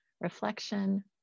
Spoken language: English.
reflection